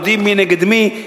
יודעים מי נגד מי,